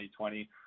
2020